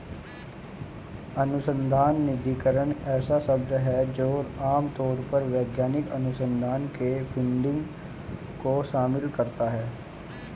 अनुसंधान निधिकरण ऐसा शब्द है जो आम तौर पर वैज्ञानिक अनुसंधान के लिए फंडिंग को शामिल करता है